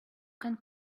can